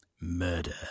Murder